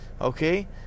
Okay